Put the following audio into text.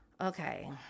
Okay